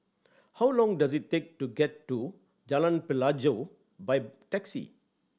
how long does it take to get to Jalan Pelajau by taxi